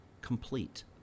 complete